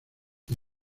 the